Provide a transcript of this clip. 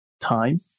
time